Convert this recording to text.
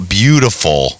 beautiful